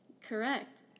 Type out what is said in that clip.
Correct